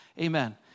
amen